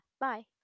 bye